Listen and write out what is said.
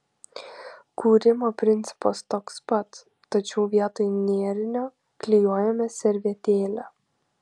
kūrimo principas toks pat tačiau vietoj nėrinio klijuojame servetėlę